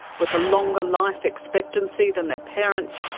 with a longer life expectancy than their parents,